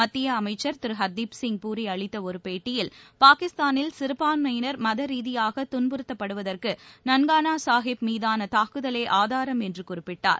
மத்திய அமைச்சர் திரு ஹர்திப்சிங் பூரி அளித்த ஒரு பேட்டியில் பாகிஸ்தானில் சிறுபான்மையினர் மதரீதியாக துன்புறுத்தப்படுவதற்கு நான்கானா சாஹிப் மீதான தாக்குதலே ஆதாரம் என்று குறிப்பிட்டார்